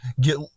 get